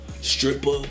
stripper